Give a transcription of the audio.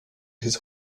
his